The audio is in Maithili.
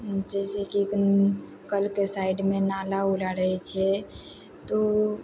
जाहिसे कि कलके साइडमे नाला उला रहै छै तो